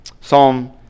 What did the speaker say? Psalm